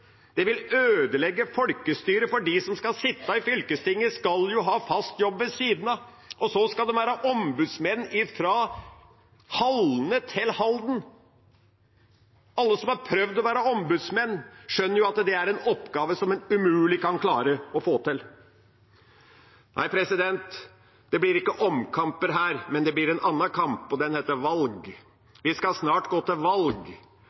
Det vil ødelegge folkestyret, for de som skal sitte i fylkestinget, skal jo ha fast jobb ved siden av – og så skal de være ombudsmenn fra Halne til Halden! Alle som har prøvd å være ombudsmann, skjønner at det er en oppgave som en umulig kan klare å få til. Nei, det blir ikke omkamper her, men det blir en annen kamp, og den heter valg. Vi skal snart gå til valg,